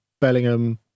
Bellingham